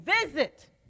visit